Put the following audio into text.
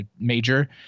Major